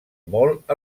molt